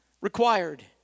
required